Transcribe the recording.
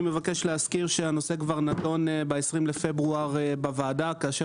אני מבקש להזכיר שהנושא כבר נדון בוועדה ב-20 בפברואר כאשר